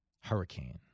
hurricane